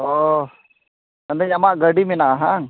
ᱚᱻ ᱢᱮᱱᱫᱟᱹᱧ ᱟᱢᱟᱜ ᱜᱟᱹᱰᱤ ᱢᱮᱱᱟᱜᱼᱟ ᱦᱟᱝ